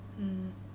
mm